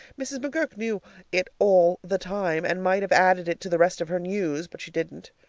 mrs. mcgurk knew it all the time, and might have added it to the rest of her news, but she didn't.